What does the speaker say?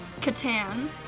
Catan